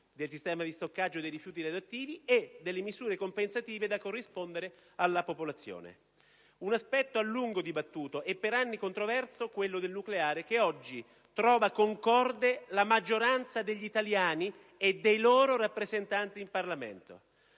del sistema di stoccaggio dei rifiuti radioattivi e delle misure compensative da corrispondere alla popolazione. Un aspetto a lungo dibattuto e per anni controverso, quello del nucleare, che oggi trova concorde la maggioranza degli italiani e dei loro rappresentanti in Parlamento.